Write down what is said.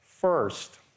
First